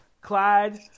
Clyde